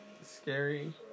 Scary